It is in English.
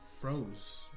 froze